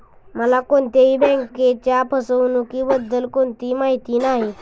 मला कोणत्याही बँकेच्या फसवणुकीबद्दल कोणतीही माहिती नाही